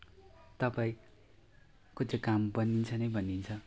तपाईँको त्यो काम बनिन्छ नै बनिन्छ